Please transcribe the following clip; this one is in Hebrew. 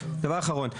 דבר אחרון.